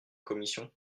commission